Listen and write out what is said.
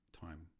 time